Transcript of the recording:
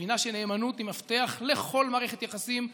מבינה שנאמנות היא מפתח לכל מערכת יחסים זוגית,